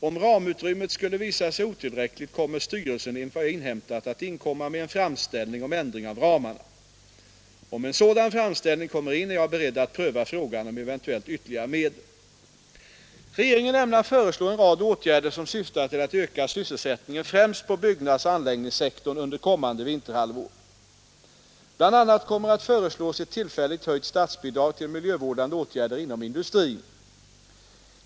Om ramutrymmet skulle visa sig otillräckligt avser styrelsen enligt vad jag inhämtat att inkomma med en framställning om ändring av ramarna. Om en sådan framställning kommer in är jag beredd att pröva frågan om eventuellt ytterligare medel. Regeringen ämnar föreslå en rad åtgärder som syftar till att öka sysselsättningen främst på byggnadsoch anläggningssektorn under kommande vinterhalvår. Bl. a. kommer att föreslås ett tillfälligt höjt statsbidrag till miljövårdande åtgärder inom industrin.